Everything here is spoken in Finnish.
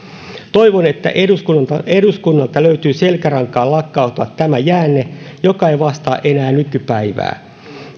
toivon että eduskunnalta löytyy selkärankaa lakkauttaa tämä jäänne joka ei vastaa enää nykypäivää